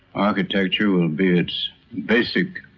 architecture will be its basic